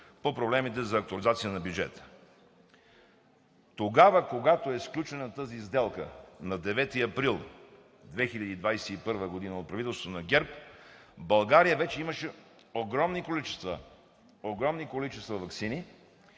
по проблемите за актуализация на бюджета. Тогава, когато е сключена тази сделка – на 9 април 2021 г. от правителството на ГЕРБ, България вече имаше огромни количества, огромни